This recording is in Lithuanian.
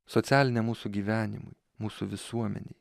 socialiniam mūsų gyvenimui mūsų visuomenei